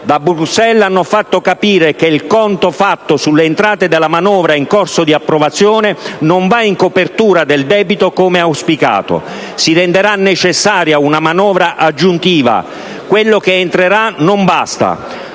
Da Bruxelles hanno fatto capire che il conto fatto sulle entrate della manovra in corso di approvazione non va in copertura del debito come auspicato. Si renderà necessaria una manovra aggiuntiva. Quello che entrerà non basta.